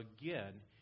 again